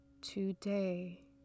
Today